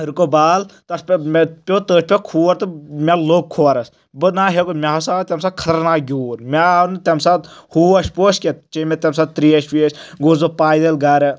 رُکٲو بال تَتھ پیٚو مےٚ پیوٚو تٔتھۍ پیٚو کھوٗر تہٕ مےٚ لوٚگ کھورَس بہٕ نا ہیٚکو مےٚ ہسا آو تَمہِ ساتہٕ خطرناک گِیوٗر مےٚ آو نہٕ تمہِ ساتہٕ ہوش پوش کینٛہہ چی مےٚ تَمہِ ساتہٕ تِرٛیٚش وَیٚش گوس بہٕ پَیدل گرٕ